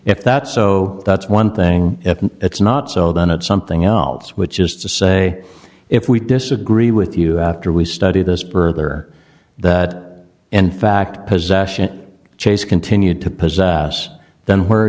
if that's so that's one thing if it's not so then it's something else which is to say if we disagree with you after we studied this burglar that in fact possession chase continued to possess us then were